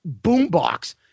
boombox